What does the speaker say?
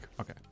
Okay